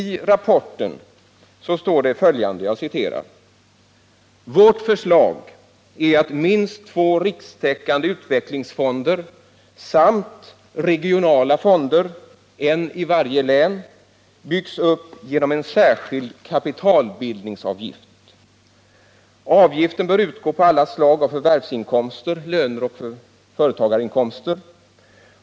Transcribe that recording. I rapporten står: ”Vårt förslag är att minst två rikstäckande utvecklingsfonder samt regionala fonder — en i varje län — byggs upp genom en särskild kapitalbildningsavgift. Avgiften bör utgå på alla slag av förvärvsinkomster .